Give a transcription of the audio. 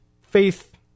faith